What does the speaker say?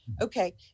Okay